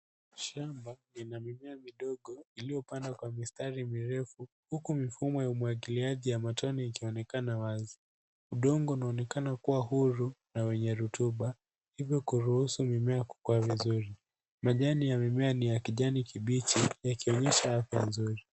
Shamba lina mimea midogo iliyopandwa kwa mistari mirefu huku mifumo ya umwagiliaji ya matone ikionekana wazi. Udongo unaonekana kua huru na wenye rutuba hivyo kuruhusu mimea kukua vizuri. Majani yamemea ni ya kijani kibichi yakionyesha afya nzuri.